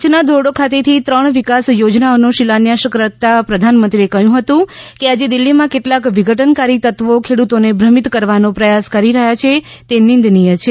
કચ્છના ધોરડો ખાતેથી ત્રણ વિકાસ યોજનાઓનો શિલાન્યાસ કરતાં પ્રધાનમંત્રીએ કહ્યું હતું કે આજે દિલ્હીમાં કેટલા વિઘટનકારી તત્વો ખેડૂતોને ભ્રમિત કરવાનો પ્રયાસ કરી રહયાં છે તે નિંદનીય છે